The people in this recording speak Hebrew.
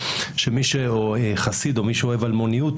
שמי שהוא חסיד או מי שאוהב אלמוניות,